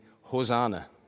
Hosanna